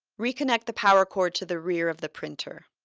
reconnect the power cord to the rear of the printer.